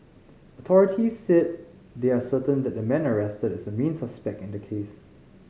authorities said they are certain that the man arrested is a main suspect in the case